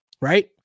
right